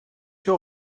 your